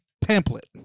pamphlet